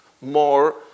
more